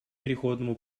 переходному